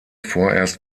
vorerst